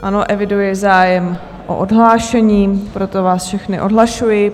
Ano, eviduji zájem o odhlášení, proto vás všechny odhlašuji.